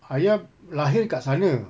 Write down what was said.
ayah lahir kat sana